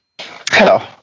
Hello